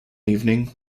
evening